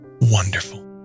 wonderful